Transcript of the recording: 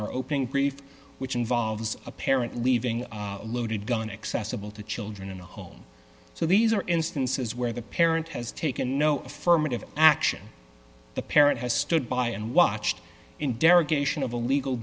our opening brief which involves a parent leaving a loaded gun accessible to children in the home so these are instances where the parent has taken no affirmative action the parent has stood by and watched in der